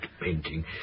painting